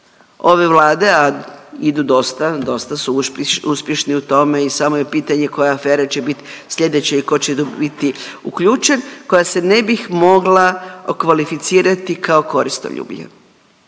ove Vlade, a idu dosta, dosta su uspješni u tome i samo je pitanje koja afere će bit slijedeća i ko će biti uključen, koja se ne bih mogla okvalificirati kao koristoljublje.